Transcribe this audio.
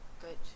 Good